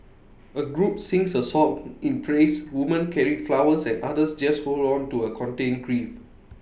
A group sings A song in praise women carry flowers and others just hold on to A contained grief